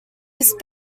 east